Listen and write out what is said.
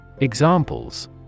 Examples